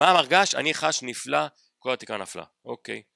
מה המרגש? אני חש נפלא, כל התקרה נפלה. אוקיי.